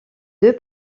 deux